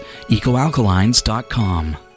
EcoAlkalines.com